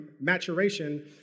maturation